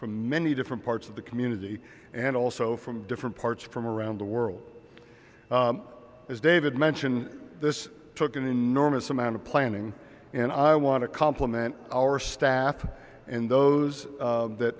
from many different parts of the community and also from different parts from around the world as david mention this took an enormous amount of planning and i want to compliment our staff and those that